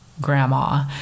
grandma